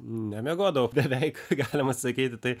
nemiegodavau beveik galima sakyti tai